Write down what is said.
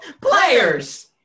Players